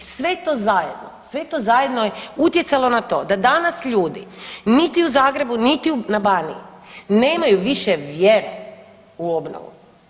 Sve to zajedno je, sve to zajedno je utjecalo na to da danas ljudi niti u Zagrebu niti na Baniji nemaju više vjere u obnovu.